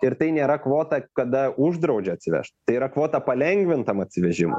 ir tai nėra kvota kada uždraudžia atsivežt tai yra kvota palengvintam atsivežimui